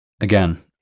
again